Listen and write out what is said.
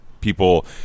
people